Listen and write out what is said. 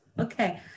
Okay